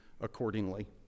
accordingly